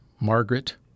Margaret